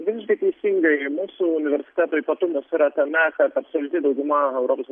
visiškai teisingai mūsų universiteto ypatumas yra tame kad absoliuti dauguma europos